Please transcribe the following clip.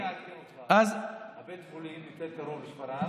אני אעדכן אותך: בית החולים יותר קרוב לשפרעם,